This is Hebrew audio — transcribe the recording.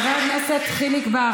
חבר הכנסת חיליק בר,